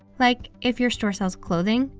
like if your store sells clothing,